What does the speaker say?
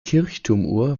kirchturmuhr